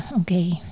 Okay